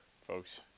folks